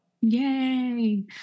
Yay